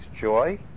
joy